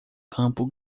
campo